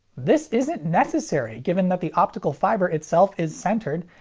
this isn't necessary given that the optical fiber itself is centered,